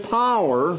power